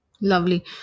Lovely